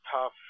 Tough